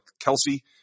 Kelsey